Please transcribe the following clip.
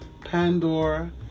Pandora